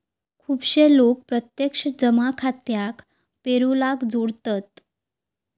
खुपशे लोक प्रत्यक्ष जमा खात्याक पेरोलाक जोडतत